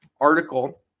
article